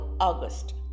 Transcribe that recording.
August